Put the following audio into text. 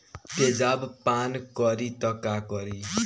तेजाब पान करी त का करी?